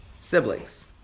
siblings